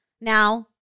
Now